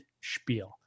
spiel